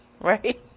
Right